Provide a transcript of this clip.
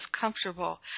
comfortable